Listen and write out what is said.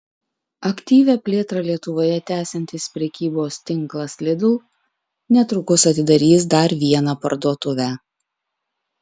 aktyvią plėtrą lietuvoje tęsiantis prekybos tinklas lidl netrukus atidarys dar vieną parduotuvę